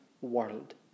world